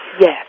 Yes